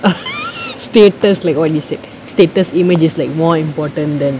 a status like what you said status image is like more important than